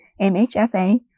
MHFA